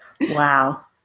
Wow